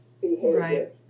behavior